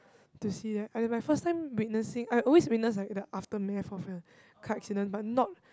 to see that at my first time witnessing I always witness like the aftermath of a car accident but not